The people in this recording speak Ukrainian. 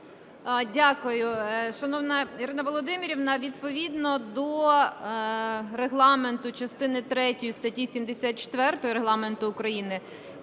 Дякую. Шановна Ірина Володимирівна! Відповідно до Регламенту, частини третьої статті 74 Регламенту України,